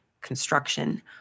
construction